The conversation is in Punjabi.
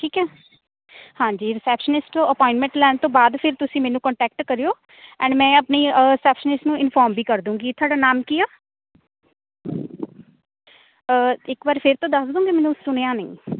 ਠੀਕ ਹੈ ਹਾਂਜੀ ਰਿਸੈਪਸ਼ਨਿਸਟ ਤੋਂ ਅਪੋਆਇੰਟਮੈਂਟ ਲੈਣ ਤੋਂ ਬਾਅਦ ਫਿਰ ਤੁਸੀਂ ਮੈਨੂੰ ਕੰਟੈਕਟ ਕਰਿਓ ਐਂਡ ਮੈਂ ਆਪਣੀ ਰਿਸੈਪਨਿਸ਼ ਨੂੰ ਇਨਫੋਰਮ ਵੀ ਕਰ ਦਉਂਗੀ ਤੁਹਾਡਾ ਨਾਮ ਕੀ ਆ ਇੱਕ ਵਾਰ ਫਿਰ ਤੋਂ ਦੱਸ ਦੋਂਗੇ ਮੈਨੂੰ ਸੁਣਿਆ ਨਹੀਂ